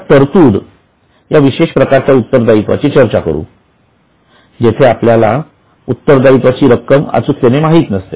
आता तरतूद या विशेष प्रकारच्या उत्तरदायित्वाची चर्चा करू जेथे आपल्याला उत्तरदायित्वाची रक्कम अचूकतेने माहीत नसते